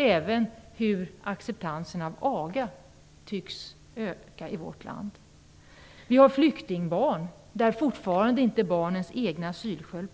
Även acceptansen av aga tycks öka i vårt land. Fortfarande prövas inte flyktingbarnens egna asylskäl.